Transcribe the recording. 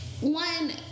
one